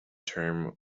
term